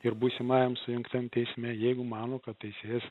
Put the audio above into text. ir būsimajam sujungtam teisme jeigu mano kad teisėjas